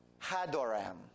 Hadoram